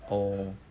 oh